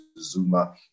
Zuma